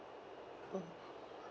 mm